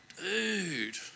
dude